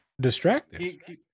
Distracted